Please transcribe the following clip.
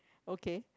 okay